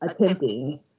attempting